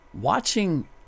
Watching